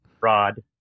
Rod